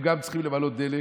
הם גם צריכים למלא דלק,